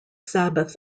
sabbath